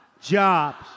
jobs